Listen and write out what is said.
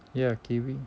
ya kiwi